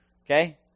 Okay